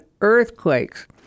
earthquakes